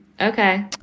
Okay